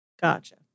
Gotcha